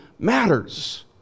matters